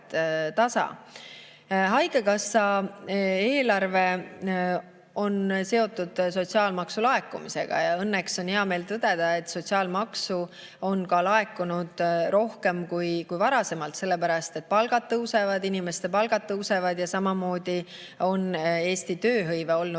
Haigekassa eelarve on seotud sotsiaalmaksu laekumisega ja õnneks on heameel tõdeda, et sotsiaalmaksu on laekunud varasemast rohkem, sellepärast et inimeste palgad tõusevad ja samamoodi on Eesti tööhõive olnud